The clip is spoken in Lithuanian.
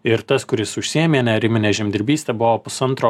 ir tas kuris užsiėmė nearimine žemdirbyste buvo pusantro